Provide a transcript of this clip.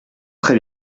très